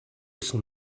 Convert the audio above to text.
son